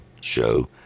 show